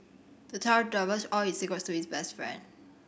the child divulged all his secrets to his best friend